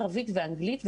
ערבית ואנגלית,